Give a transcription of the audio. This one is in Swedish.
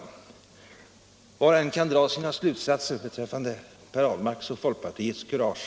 Var och en kan av detta uppträdande dra sina slutsatser beträffande Per Ahlmarks och folkpartiets kurage.